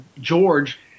George